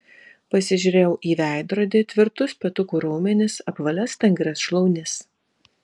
pasižiūrėjau į veidrodį tvirtus petukų raumenis apvalias stangrias šlaunis